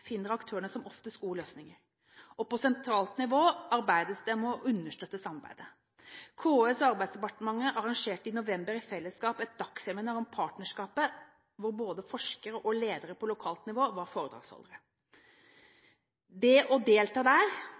finner aktørene som oftest gode løsninger, og på sentralt nivå arbeides det med å understøtte samarbeidet. KS og Arbeidsdepartementet arrangerte i november i fellesskap et dagsseminar om partnerskapet hvor både forskere og ledere på lokalt nivå var foredragsholdere. Det å delta der